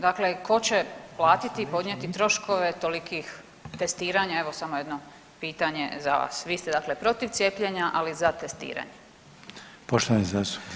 Dakle ko će platiti i podnijeti troškove tolikih testiranja evo samo jedno pitanje za vas, vi ste dakle protiv cijepljenja, ali za testiranje.